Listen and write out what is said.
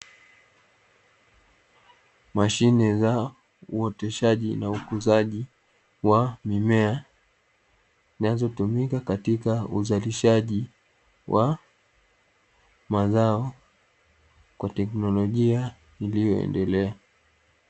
Mashine za uoteshaji na ukuzaji wa mimea, zinazotumika katika uzalishaji wa mazao kwa teknolojia iliyoendelea.